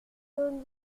jolie